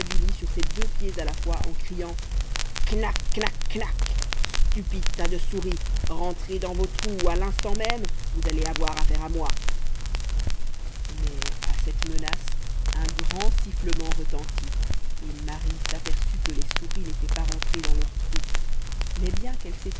sur ses deux pieds à la fois en criant knac knac knac stupide tas de souris rentrez dans vos trous ou à l'instant même vous allez avoir affaire à moi mais à cette menace un grand sifflement retentit et marie s'aperçut que les souris n'étaient pas rentrées dans leurs trous mais bien qu'elles